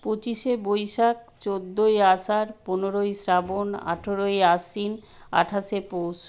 পঁচিশে বৈশাখ চোদ্দোই আষাঢ় পনেরোই শ্রাবণ আঠেরোই আশ্বিন আঠাশে পৌষ